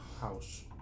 house